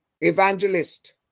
evangelist